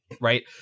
right